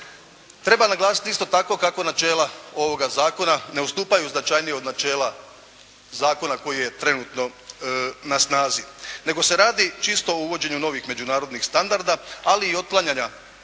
Treba naglasiti isto tako kako načela ovoga zakona ne odstupaju značajnije od načela zakona koji je trenutno na snazi, nego se radi čisto o uvođenju novih međunarodnih standarda, ali i otklanjanja